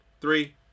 Three